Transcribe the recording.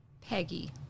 Peggy